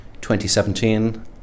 2017